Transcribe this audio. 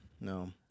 No